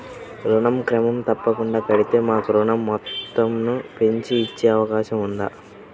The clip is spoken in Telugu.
ఋణం క్రమం తప్పకుండా కడితే మాకు ఋణం మొత్తంను పెంచి ఇచ్చే అవకాశం ఉందా?